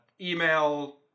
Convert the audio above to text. Email